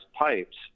pipes